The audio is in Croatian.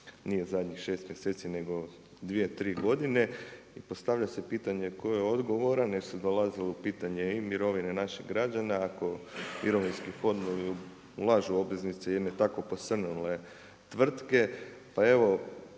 nije u zadnjih 6 mjeseci, nego 2, 3 godine. Postavlja se pitanje tko je odgovoran jer se dolazilo u pitanje i mirovine naših građana, ako mirovinski fondovi ulažu u obveznice jedne tako posrnule tvrtke, pa evo,